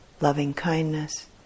loving-kindness